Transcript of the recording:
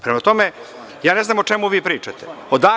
Prema tome, ne znam o čemu vi pričate.